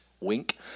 Wink